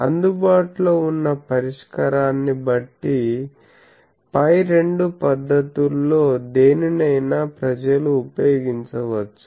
అందుబాటులో ఉన్న పరిష్కారాన్ని బట్టి పై రెండు పద్ధతుల్లో దేనినైనా ప్రజలు ఉపయోగించవచ్చు